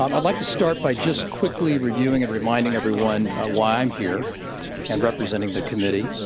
um i'd like to start by just quickly reviewing and reminding everyone ah why i'm here and representing the committee.